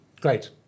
Great